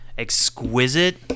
exquisite